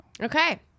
Okay